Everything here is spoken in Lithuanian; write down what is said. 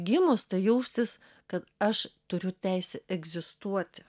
gimus jaustis kad aš turiu teisę egzistuoti